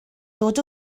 dod